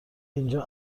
اینجا